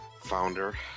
founder